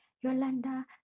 Yolanda